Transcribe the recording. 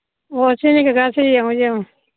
ꯑꯣ ꯁꯤꯅꯤ ꯀꯀꯥ ꯁꯦ ꯌꯦꯡꯉꯣ ꯌꯦꯡꯉꯣ